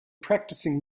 practicing